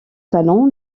talent